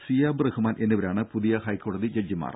Siyab Rahman എന്നിവരാണ് പുതിയ ഹൈക്കോടതി ജഡ്ജിമാർ